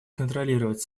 контролировать